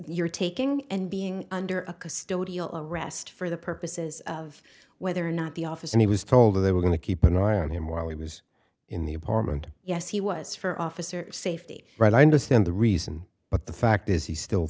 you're taking and being under a custodial arrest for the purposes of whether or not the office and he was told that they were going to keep an eye on him while he was in the apartment yes he was for officer safety right i understand the reason but the fact is he still